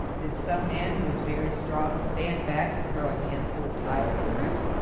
did some man who was very strong stand back and throw a handful of tile at the roof?